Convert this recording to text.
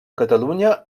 catalunya